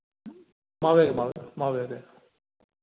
मावे मावे मावे के